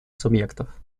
субъектов